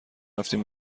رفتیم